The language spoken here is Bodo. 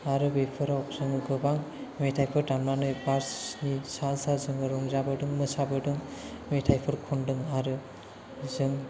आरो बेफोराव जोङो गोबां मेथायफोर दामनानै बासनि सा सा जोङो रंजाबोदोंमोन मोसाबोदों मेथायफोर खनदों आरो जों